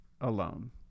alone